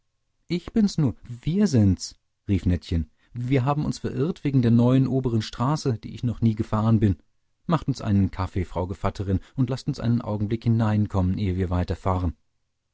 ich bin's nur wir sind's rief nettchen wir haben uns verirrt wegen der neuen obern straße die ich noch nie gefahren bin macht uns einen kaffee frau gevatterin und laßt uns einen augenblick hineinkommen ehe wir weiterfahren